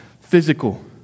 physical